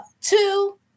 Two